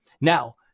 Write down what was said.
Now